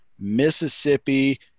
Mississippi